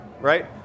right